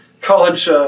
college